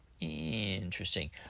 Interesting